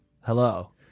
Hello